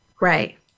Right